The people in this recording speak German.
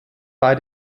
bei